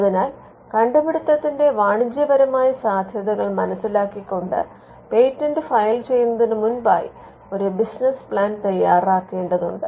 അതിനാൽ കണ്ടുപിടുത്തത്തിന്റെ വാണിജ്യപരമായ സാധ്യതകൾ മനസിലാക്കിക്കൊണ്ട് പേറ്റന്റ് ഫയൽ ചെയ്യുന്നതിന് മുമ്പായി ഒരു ബിസിനസ് പ്ലാൻ തയ്യാറാക്കേണ്ടതുണ്ട്